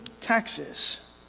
taxes